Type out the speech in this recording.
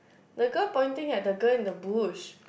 the girl pointing at the girl in the bush